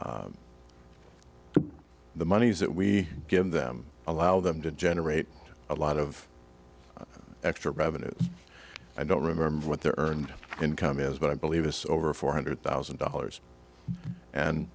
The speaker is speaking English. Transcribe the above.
the the moneys that we give them allow them to generate a lot of extra revenue i don't remember what their earned income is but i believe it's over four hundred thousand dollars and